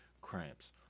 cramps